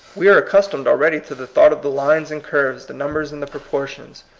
we are accustomed already to the thought of the lines and curves, the numbers and the proportions,